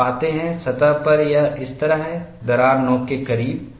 आप पाते हैं सतह पर यह इस तरह है दरार नोक के करीब